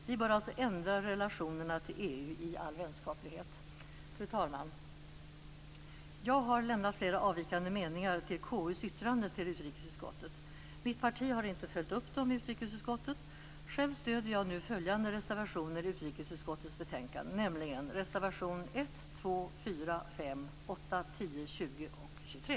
Vi bör alltså ändra relationerna till EU i all vänskaplighet. Fru talman! Jag har lämnat flera avvikande meningar till KU:s yttrande till utrikesutskottet. Mitt parti har inte följt upp dem i utrikesutskottet. Själv stöder jag följande reservationer i utrikesutskottets betänkande: nr 1, 2, 4, 5, 8, 10, 20 och 23.